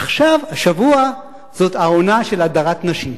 עכשיו, השבוע, זאת העונה של הדרת נשים,